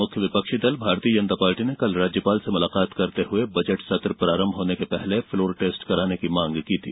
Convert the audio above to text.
मुख्य विपक्षी दल भारतीय जनता पार्टी ने कल राज्यपाल से मुलाकात करते हुए बजट सत्र प्रारंभ होने के पहले फ्लोर टेस्ट कराने की मांग की थी